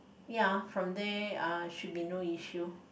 ya from there uh should be no issue